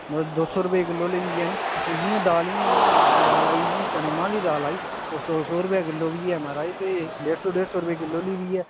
मतलब दो सौ रपेऽ किल्लो अह्ले बी हैन हून जियां दालीं दाल आई गेइयां न जियां चने मांह् दी दाल आई ओह् सौ सौ रपेऽ किल्लो बी ऐ महाराज ते डेढ सौ डेढ सौ रपेऽ किल्लो अह्ली बी ऐ